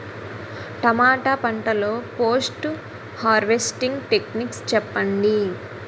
టమాటా పంట లొ post harvesting techniques చెప్పండి?